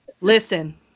Listen